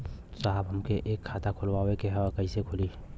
साहब हमके एक खाता खोलवावे के ह कईसे खुली?